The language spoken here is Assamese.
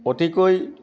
অতিকৈ